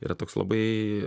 yra toks labai